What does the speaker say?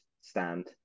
Stand